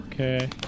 Okay